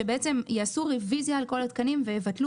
שבעצם יעשו רביזיה על כל התקנים ויבטלו